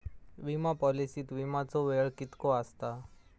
विमा पॉलिसीत विमाचो वेळ कीतको आसता?